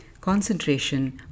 concentration